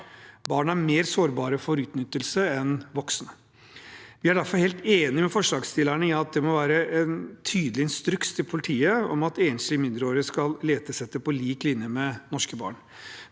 Barn er mer sårbare for utnyttelse enn voksne. Vi er derfor helt enige med forslagsstillerne i at det må være en tydelig instruks til politiet om at enslige mindreårige skal letes etter på lik linje med norske barn.